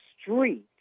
street